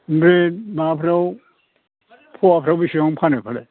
ओमफ्राय माबाफ्राव फवाफ्राव बेसेबां फानो फालाय